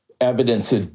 evidence